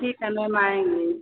ठीक है मैम आएँगे